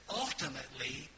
ultimately